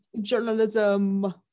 journalism